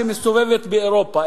שמסתובבת באירופה.